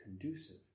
conducive